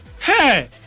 hey